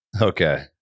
Okay